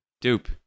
Dupe